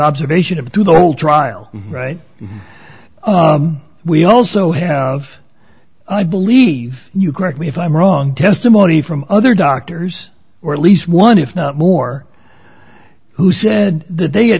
observation of through the whole trial right we also have i believe you correct me if i'm wrong testimony from other doctors or at least one if not more who said that they had